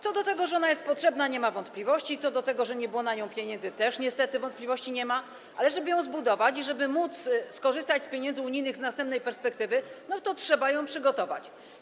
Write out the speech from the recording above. Co do tego, że ona jest potrzebna, nie ma wątpliwości, co do tego, że nie było na nią pieniędzy, też niestety wątpliwości nie ma, ale żeby ją zbudować i żeby móc skorzystać z pieniędzy unijnych z następnej perspektywy, to trzeba ją przygotować.